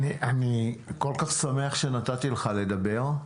אני כל כך שמח שנתתי לך לדבר.